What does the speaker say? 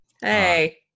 Hey